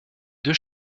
deux